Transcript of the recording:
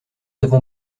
avons